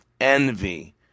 envy